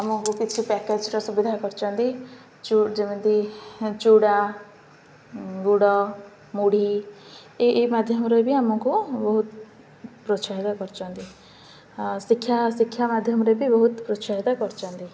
ଆମକୁ କିଛି ପ୍ୟାକେଜର ସୁବିଧା କରିଛନ୍ତି ଚ ଯେମିତି ଚୁଡ଼ା ଗୁଡ଼ ମୁଢ଼ି ଏ ଏଇ ମାଧ୍ୟମରେ ବି ଆମକୁ ବହୁତ ପ୍ରୋତ୍ସାହିତ କରିଛନ୍ତି ଶିକ୍ଷା ଶିକ୍ଷା ମାଧ୍ୟମରେ ବି ବହୁତ ପ୍ରୋତ୍ସାହିତ କରିଛନ୍ତି